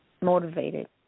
Motivated